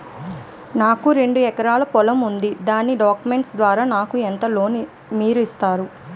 నాకు రెండు ఎకరాల పొలం ఉంది దాని డాక్యుమెంట్స్ ద్వారా నాకు ఎంత లోన్ మీరు ఇస్తారు?